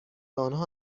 آنها